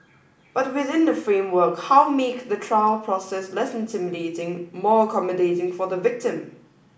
but within that framework how make the trial process less intimidating more accommodating for the victim